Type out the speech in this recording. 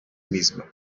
misma